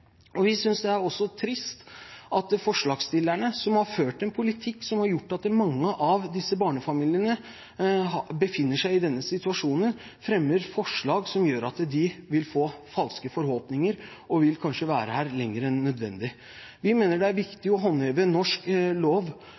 Vi synes også det er trist at forslagsstillerne, som har ført en politikk som har gjort at mange av disse barnefamiliene befinner seg i denne situasjonen, fremmer forslag som gjør at de vil få falske forhåpninger og kanskje vil være her lenger enn nødvendig. Vi mener det er viktig å håndheve norsk lov